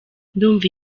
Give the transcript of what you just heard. ndumva